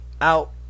out